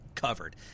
covered